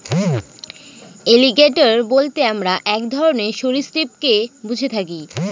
alligator বলতে আমরা এক ধরনের সরীসৃপকে বুঝে থাকি